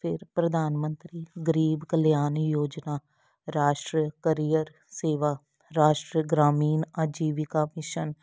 ਫਿਰ ਪ੍ਰਧਾਨ ਮੰਤਰੀ ਗਰੀਬ ਕਲਿਆਣ ਯੋਜਨਾ ਰਾਸ਼ਟਰ ਕਰੀਅਰ ਸੇਵਾ ਰਾਸ਼ਟਰੀ ਗ੍ਰਾਮੀਨ ਆਜੀਵਿਕਾ ਮਿਸ਼ਨ